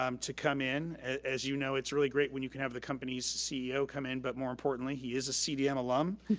um to come in. as you know, it's really great when you can have the company's ceo come in, but more importantly, he is a cdm alum.